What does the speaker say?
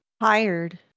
Tired